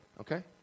okay